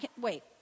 wait